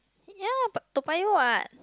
ya but Toa-Payoh what